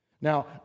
Now